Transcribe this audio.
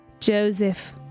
Joseph